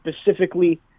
specifically